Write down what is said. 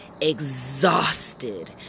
exhausted